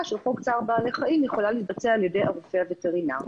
של חוק צער בעלי חיים יכולה להתבצע על-ידי הרופא הווטרינר,